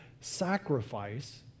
sacrifice